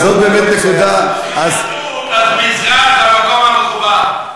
אז זאת באמת נקודה, ביהדות, מזרח זה המקום המכובד.